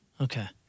Okay